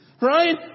right